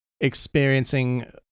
experiencing